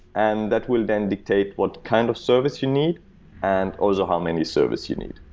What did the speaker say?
and that will then dictate what kind of service you need and, also, how many service you need.